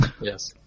Yes